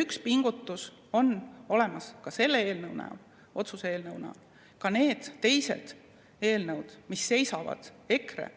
Üks pingutus on ka see eelnõu, otsuse eelnõu. Ka need teised eelnõud, mis seisavad EKRE